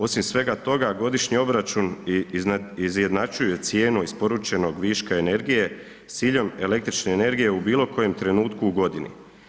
Osim svega toga godišnji obračun izjednačuje cijenu isporučenog viška energije s ciljem električne energije u bilo kojem trenutku u godini.